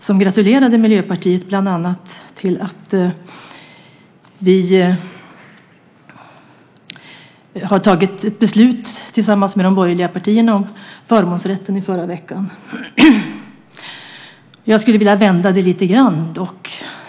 Han gratulerade Miljöpartiet bland annat till att vi i förra veckan har fattat ett beslut tillsammans med de borgerliga partierna om förmånsrätten. Jag skulle dock vilja vända det lite grann.